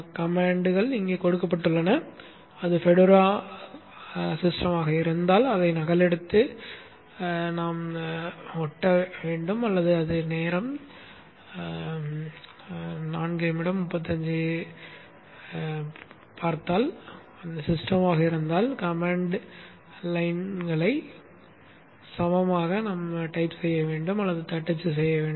கட்டளைகள் இங்கே கொடுக்கப்பட்டுள்ளன அது ஃபெடோரா அமைப்பாக இருந்தால் அதை copy செய்து paste செய்ய வேண்டும் அல்லது அது அமைப்பாக இருந்தால் அல்லது சமமாக இருந்தால் கட்டளை வரி கட்டளைகளை தட்டச்சு செய்ய வேண்டும்